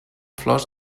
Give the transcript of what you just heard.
flors